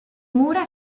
mura